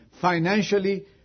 Financially